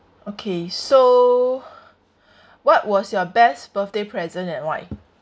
okay so what was your best birthday present and why